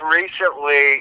recently